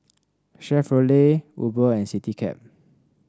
Chevrolet Uber and Citycab